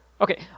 Okay